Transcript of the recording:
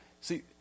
See